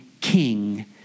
king